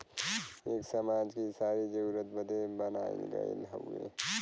एक समाज कि सारी जरूरतन बदे बनाइल गइल हउवे